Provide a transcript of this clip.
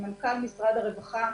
עם מנכ"ל משרד הרווחה,